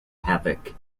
havoc